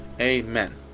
Amen